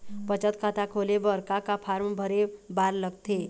बचत खाता खोले बर का का फॉर्म भरे बार लगथे?